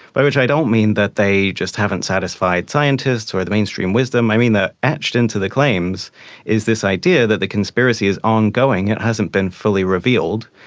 by which i don't mean that they just haven't satisfied scientists or the mainstream wisdom, i mean that etched into the claims is this idea that the conspiracy is ongoing, it hasn't been fully revealed,